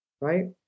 right